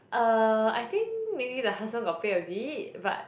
uh I think maybe the husband got pay a bit but